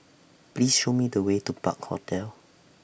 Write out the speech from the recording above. Please Show Me The Way to Park Hotel